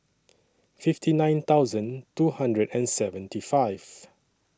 fifty nine thousand two hundred and seventy five